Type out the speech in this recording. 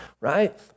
right